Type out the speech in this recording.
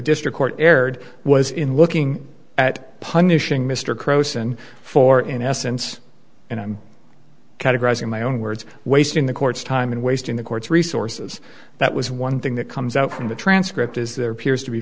district court erred was in looking at punishing mr cross and for in essence and i'm categorizing my own words wasting the court's time and wasting the court's resources that was one thing that comes out from the transcript is there appears to be